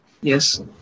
Yes